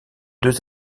deux